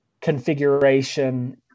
configuration